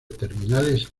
terminales